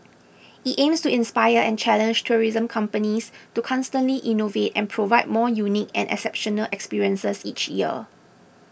it aims to inspire and challenge tourism companies to constantly innovate and provide more unique and exceptional experiences each year